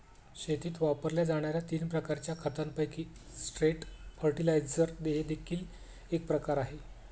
शेतीत वापरल्या जाणार्या तीन प्रकारच्या खतांपैकी स्ट्रेट फर्टिलाइजर हे देखील एक प्रकार आहे